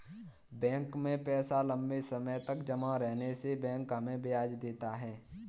bank में पैसा लम्बे समय तक जमा रहने से बैंक हमें ब्याज देता है